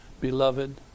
Beloved